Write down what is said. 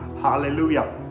hallelujah